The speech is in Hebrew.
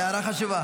זאת הערה חשובה.